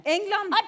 England